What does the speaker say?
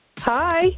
Hi